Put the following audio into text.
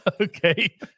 Okay